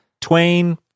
Twain